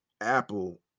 Apple